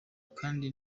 kandi